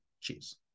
Cheers